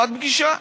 רק פגישה.